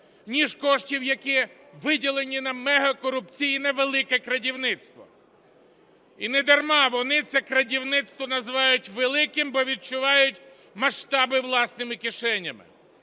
ніж коштів, які виділені на мегакорупційне "велике крадівництво". І недарма вони це крадівництво називають великим, бо відчувають масштаби власними кишенями.